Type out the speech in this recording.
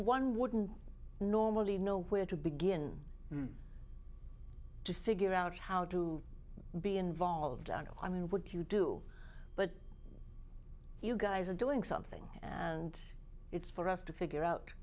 one wouldn't normally know where to begin to figure out how to be involved i mean what you do but you guys are doing something and it's for us to figure out